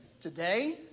today